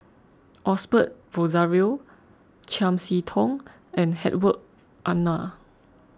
Osbert Rozario Chiam See Tong and Hedwig Anuar